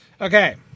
Okay